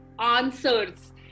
answers